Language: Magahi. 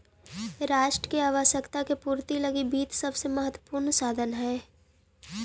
राष्ट्र के आवश्यकता के पूर्ति लगी वित्त सबसे महत्वपूर्ण साधन हइ